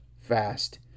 fast